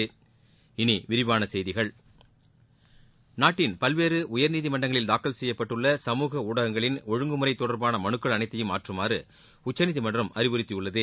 இனி விரிவான செய்திகள் நாட்டின் பல்வேறு உயர்நீதிமன்றங்களில் தாக்கல் செய்யப்பட்டுள்ள சமூக ஊடகங்களின் ஒழுங்குமுறை தொடர்பான மனுக்கள் அனைத்தையும் மாற்றுமாறு உச்சநீதிமன்றம் அறிவுறுத்தியுள்ளது